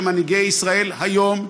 שמנהיגי ישראל היום,